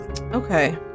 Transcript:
Okay